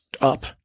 up